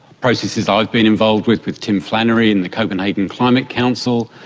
processes i've been involved with with tim flannery and the copenhagen climate council.